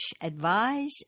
advise